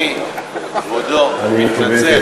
כבודו, אני מתנצל.